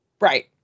Right